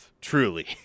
Truly